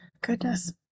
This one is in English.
Goodness